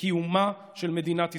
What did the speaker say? לקיומה של מדינת ישראל.